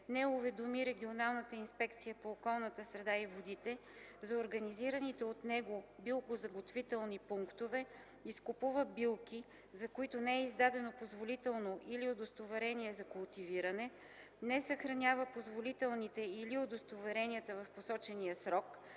не уведоми регионалната инспекция по околната среда и водите за организираните от него билкозаготвителни пунктове, изкупува билки, за които не е издадено позволително или удостоверение за култивиране, не съхранява позволителните или удостоверенията в посочения срок,